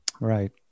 Right